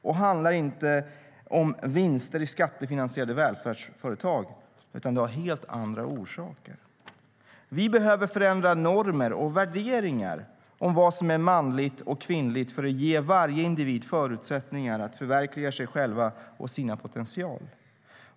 Det handlar inte om vinster i skattefinansierade välfärdsföretag utan har helt andra orsaker. Vi behöver förändra normer och värderingar om vad som är manligt och kvinnligt för att ge varje individ förutsättningar att förverkliga sig själv och sin potential.